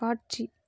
காட்சி